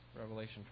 Revelation